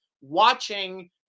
watching